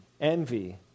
envy